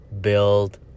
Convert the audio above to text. build